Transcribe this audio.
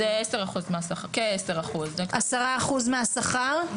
כעשרה אחוז מהשכר.